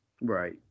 right